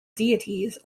deities